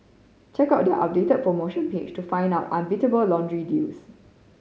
check out their updated promotion page to find out unbeatable laundry deals